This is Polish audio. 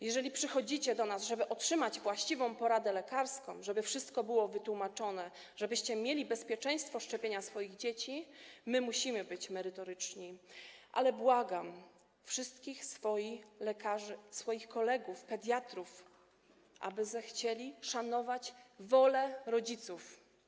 Jeżeli przychodzicie do nas, żeby otrzymać właściwą poradę lekarską, żeby wszystko było wytłumaczone, żebyście mieli zapewnione bezpieczeństwo szczepienia swoich dzieci, my musimy być merytoryczni, ale błagam wszystkich swoich kolegów pediatrów, aby zechcieli szanować wolę rodziców.